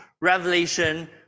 revelation